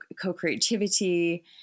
co-creativity